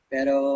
Pero